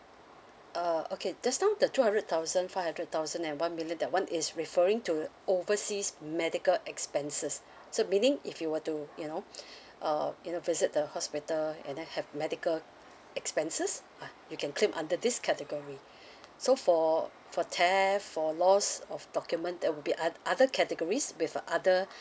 uh okay just now the two hundred thousand five hundred thousand and one million that [one] is referring to overseas medical expenses so meaning if you were to you know um you know visit the hospital and then have medical expenses uh you can claim under this category so for for theft for loss of document that would be o~ other categories with other